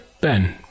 Ben